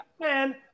man